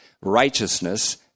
righteousness